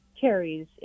Carrie's